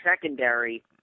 secondary